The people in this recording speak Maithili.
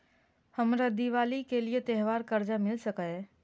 हमरा दिवाली के लिये त्योहार कर्जा मिल सकय?